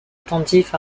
attentif